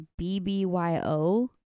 BBYO